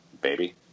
Baby